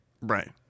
Right